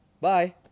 Bye